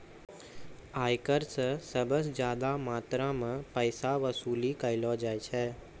आयकर स सबस ज्यादा मात्रा म पैसा वसूली कयलो जाय छै